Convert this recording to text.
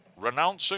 renouncing